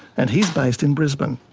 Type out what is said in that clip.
and he's based in brisbane.